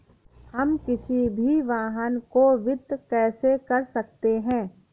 हम किसी भी वाहन को वित्त कैसे कर सकते हैं?